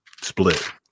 split